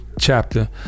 chapter